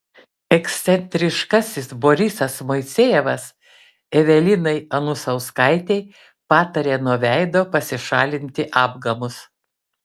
ekscentriškasis borisas moisejevas evelinai anusauskaitei patarė nuo veido pasišalinti apgamus